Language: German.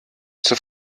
zur